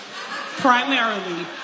Primarily